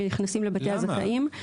שנכנסים לבתי הזכאים.